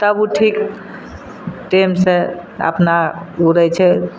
तब उ ठीक टाइमसँ अपना घूरय छै